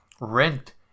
rent